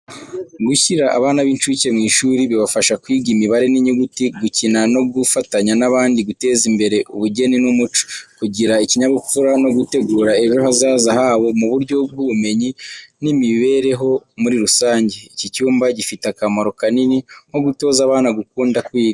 Gushyira abana b’incuke mu ishuri bibafasha kwiga imibare n’inyuguti, gukina no gufatanya n’abandi, guteza imbere ubugeni n’umuco, kugira ikinyabupfura, no gutegura ejo hazaza habo mu buryo bw’ubumenyi n’imibereho muri rusange. Iki cyumba gifite akamaro kanini nko gutoza abana gukunda kwiga.